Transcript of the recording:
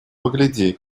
погляди